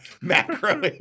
macro